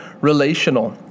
relational